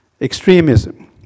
Extremism